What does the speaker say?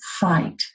fight